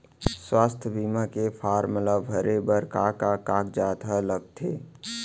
स्वास्थ्य बीमा के फॉर्म ल भरे बर का का कागजात ह लगथे?